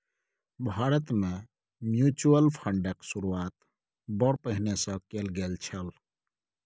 भारतमे म्यूचुअल फंडक शुरूआत बड़ पहिने सँ कैल गेल छल